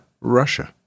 Russia